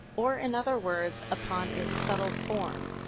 or in other words, upon its subtle form.